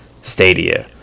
Stadia